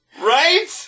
Right